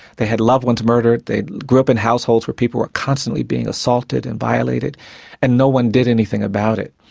they had loved ones murdered, they grew up in households where people were constantly being assaulted and violated and no one did anything about it.